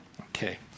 Okay